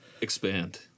expand